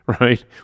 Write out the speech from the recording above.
Right